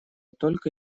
только